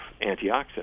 antioxidants